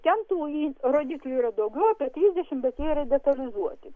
ten tų rodiklių yra daugiau apie trisdešimt bet jie yra detalizuoti